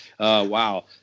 Wow